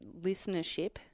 listenership